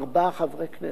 ארבעה חברי כנסת.